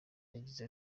yagize